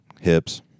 hips